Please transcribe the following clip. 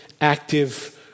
active